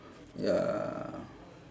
ya